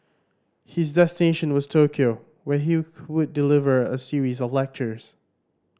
his destination was Tokyo where he would deliver a series of lectures